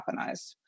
weaponized